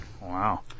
Wow